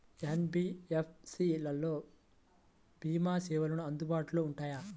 NBFC లలో భీమా సేవలు అందుబాటులో ఉంటాయా?